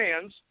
fans